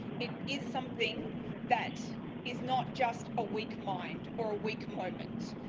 it is something that is not just a weak mind or a weak moment.